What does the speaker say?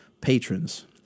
patrons